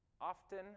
often